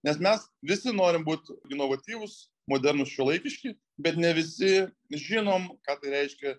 nes mes visi norim būt inovatyvūs modernūs šiuolaikiški bet ne visi žinom ką tai reiškia